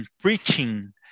preaching